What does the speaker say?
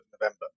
november